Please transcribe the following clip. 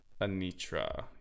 Anitra